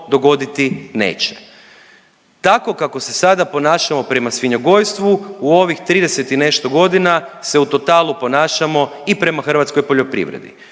dogoditi neće. Tako kako se sada ponašamo prema svinjogojstvu u ovih 30 i nešto godina se u totalu ponašamo i prema hrvatskoj poljoprivredi.